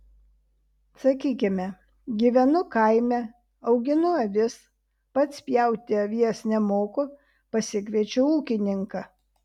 sakykime gyvenu kaime auginu avis pats pjauti avies nemoku pasikviečiu ūkininką